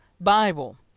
Bible